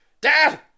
Dad